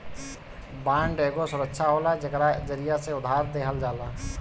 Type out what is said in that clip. bond एगो सुरक्षा होला जेकरा जरिया से उधार देहल जाला